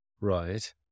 Right